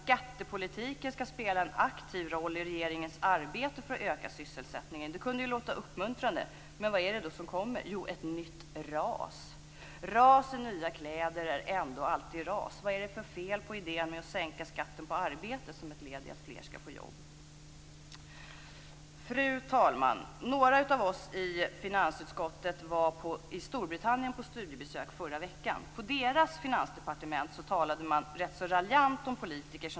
Det kunde ju låta uppmuntrande. Men vad är det som kommer? Jo, ett nytt RAS. RAS i nya kläder är ändå alltid RAS. Vad är det för fel med idén att sänka skatten på arbete som ett led i att fler skall få jobb? Fru talman! Några av oss i finansutskottet var i Storbritannien på studiebesök i förra veckan.